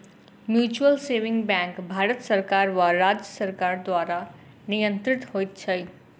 mutual saving bank Bharat सरकार वा राज्य सरकार द्वारा नियंत्रित होइत छै